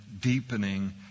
deepening